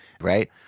Right